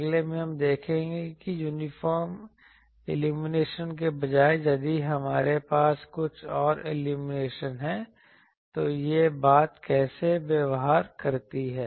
अगले में हम देखेंगे कि यूनिफॉर्म इल्यूमिनेशन के बजाय यदि हमारे पास कुछ और इल्यूमिनेशन है तो यह बात कैसे व्यवहार करती है